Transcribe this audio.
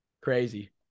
Crazy